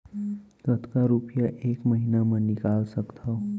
कतका रुपिया एक महीना म निकाल सकथव?